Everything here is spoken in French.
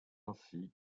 ainsi